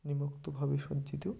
নিম্নোক্তভাবে সজ্জিত